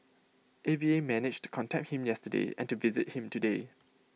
A V A managed to contact him yesterday and to visit him today